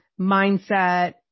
mindset